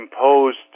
imposed